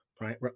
right